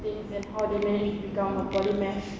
things and how they manage to become a poly math